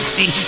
See